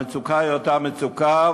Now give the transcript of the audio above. המצוקה היא אותה מצוקה,